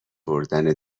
بردن